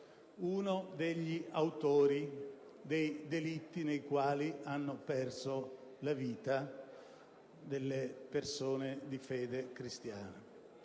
uno degli autori dei delitti nei quali hanno perso la vita delle persone di fede cristiana.